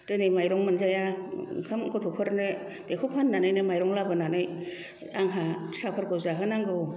दिनै माइरं मोनजाया ओंखाम गथ'फोरनो बेखौ फाननानैनो माइरं लाबोननानै आंहा फिसाफोरखौ जाहोनांगौ